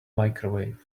microwave